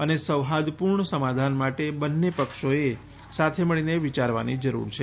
અને સૌફાદપૂર્ણ સમાધાન માટે બંજ્ન પક્ષોને સાથે મળીને વિયારવાની જરૂર છે